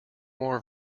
more